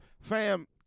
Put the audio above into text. fam